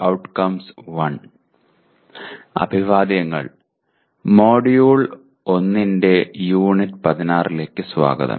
അഭിവാദ്യങ്ങൾ മൊഡ്യൂൾ 1 ന്റെ യൂണിറ്റ് 16 ലേക്ക് സ്വാഗതം